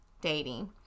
dating